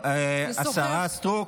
השרה סטרוק.